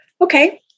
Okay